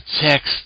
text